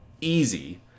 easy